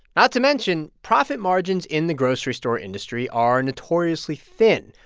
not to mention, profit margins in the grocery store industry are notoriously thin,